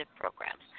programs